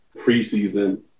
preseason